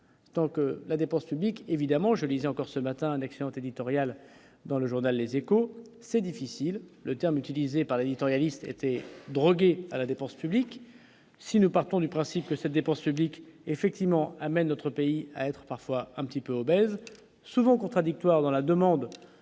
Tant que la dépense publique, évidemment, je lisais encore ce matin un excellent éditorial dans le journal les Échos c'est difficile le terme utilisé par l'éditorialiste était drogués à la dépense publique, si nous partons du principe que cette dépense publique effectivement amène notre pays à être parfois un petit peu obèse souvent contradictoires dans la demande